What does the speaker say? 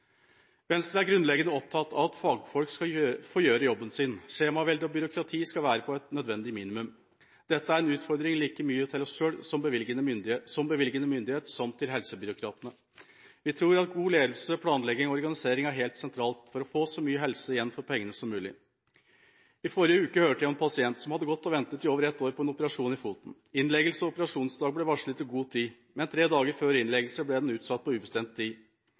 Venstre er grunnleggende opptatt av at fagfolk skal få gjøre jobben sin. Skjemavelde og byråkrati skal være på et nødvendig minimum. Dette er en utfordring like mye til oss selv som bevilgende myndighet som til helsebyråkratene. Vi tror at god ledelse, planlegging og organisering er helt sentralt for å få så mye helse igjen for pengene som mulig. I forrige uke hørte jeg om en pasient som hadde gått og ventet i over ett år på en operasjon i foten. Innleggelse og operasjonsdag ble varslet i god tid, men tre dager før innleggelse ble operasjonen utsatt på ubestemt tid.